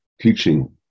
teaching